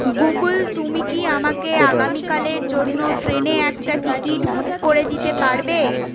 Google তুমি কি আমাকে আগামীকালের জন্য ট্রেনে একটা টিকিট বুক করে দিতে পারবে